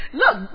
look